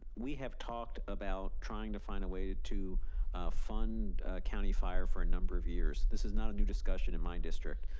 we have talked about trying to find a way to to fund county fire for a number of years. this is not a new discussion in my district.